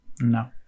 No